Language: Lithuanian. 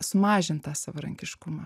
sumažint tą savarankiškumą